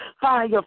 fire